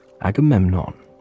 Agamemnon